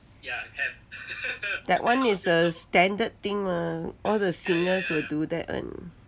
from that one is a standard thing mah all the singers will do that